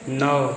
नौ